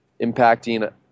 impacting